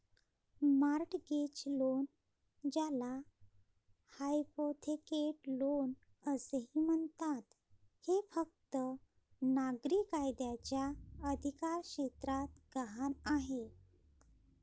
mortgage loan, ज्याला hypothecate loan असेही म्हणतात, हे फक्त नागरी कायद्याच्या अधिकारक्षेत्रात गहाण आहे